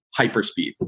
hyperspeed